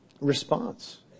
response